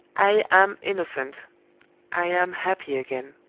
i am innocent i am happy again.